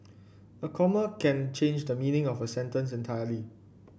a comma can change the meaning of a sentence entirely